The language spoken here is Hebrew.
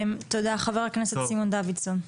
חה"כ סימון דוידסון.